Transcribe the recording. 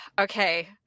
Okay